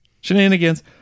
Shenanigans